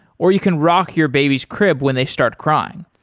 or you can rock your baby's crib when they start crying.